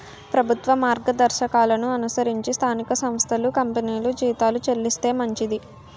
ప్రభుత్వ మార్గదర్శకాలను అనుసరించి స్థానిక సంస్థలు కంపెనీలు జీతాలు చెల్లిస్తే మంచిది